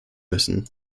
müssen